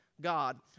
God